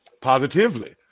Positively